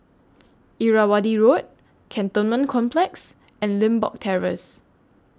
Irrawaddy Road Cantonment Complex and Limbok Terrace